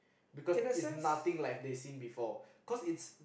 because it's nothing like they've seen before cause it's